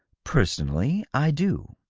personally i do,